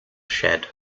shed